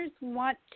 want